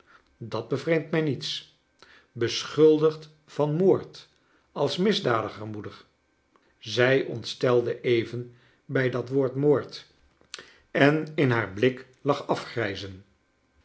dat bevreemdt mij niets beschuldigd van moord als misdadiger moeder zij ontstelde even bij dat woord moord en in haar blik lag afgrijzen